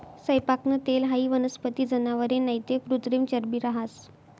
सैयपाकनं तेल हाई वनस्पती, जनावरे नैते कृत्रिम चरबी रहास